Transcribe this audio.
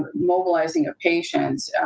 ah mobilizing of patients,